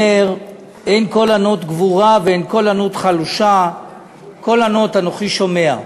ואין קול ענות חלושה קול ענות אנּכי שמע",